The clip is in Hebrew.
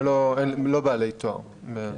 שהם לא בעלי תואר.